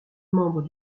membre